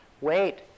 Wait